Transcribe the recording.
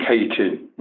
educated